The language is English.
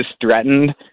threatened